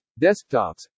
desktops